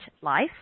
life